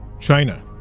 China